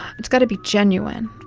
it's got to be genuine.